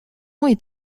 est